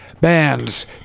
bands